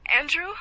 Andrew